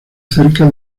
cerca